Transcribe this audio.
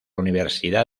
universidad